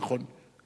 נכון.